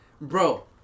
bro